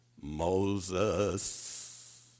Moses